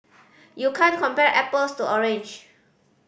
you can't compare apples to orange